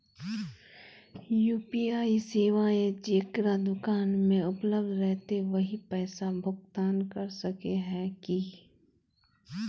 UPI सेवाएं जेकरा दुकान में उपलब्ध रहते वही पैसा भुगतान कर सके है की?